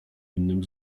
innym